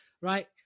right